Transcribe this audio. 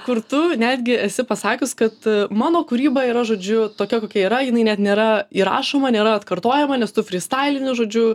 kur tu netgi esi pasakius kad mano kūryba yra žodžiu tokia kokia yra jinai net nėra įrašoma nėra atkartojama nes tu frystailini žodžiu